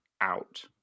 out